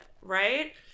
right